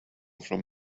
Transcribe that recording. from